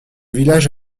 village